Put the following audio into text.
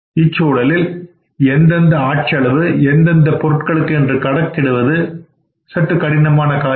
இச்சூழலில் எந்தெந்த ஆட்செலவு எந்தெந்த பொருட்களுக்கு என்று கணக்கிடுவது கடினமான காரியம்